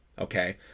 okay